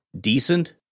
decent